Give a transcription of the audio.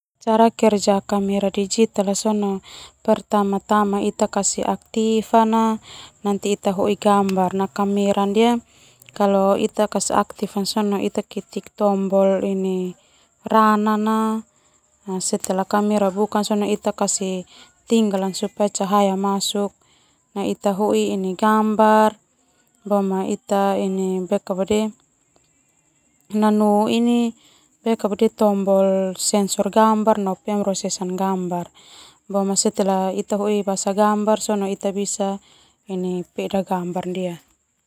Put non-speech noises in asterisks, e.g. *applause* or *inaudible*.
Cara kerja kamera digital sona anu pertama-tama ita kasih aktif nanti ita hoi gambar ita kasih aktif sona ketik tombol rana. Setelah kamera tinggal ita kasih cahaya masuk ita hoi ini gambar *unintelligible* tombol gambar *unintelligible* pemrosesan gambar.